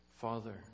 Father